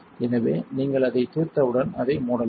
எனவே நீங்கள் அதைத் தீர்த்தவுடன் அதை மூடலாம்